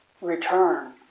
return